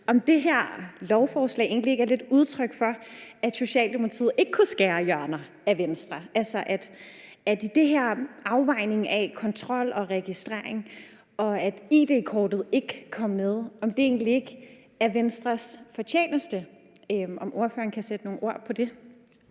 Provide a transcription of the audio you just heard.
om det her lovforslag egentlig ikke er et udtryk for, at Socialdemokratiet ikke kunne skære hjørner af i forhold til Venstre, altså at det her om afvejning af kontrol og registrering og det, at id-kortet ikke kom med, egentlig ikke er Venstres fortjeneste. Kan ordføreren sætte nogle ord på det?